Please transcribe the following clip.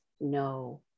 No